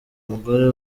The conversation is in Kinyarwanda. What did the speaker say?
umugore